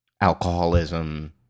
alcoholism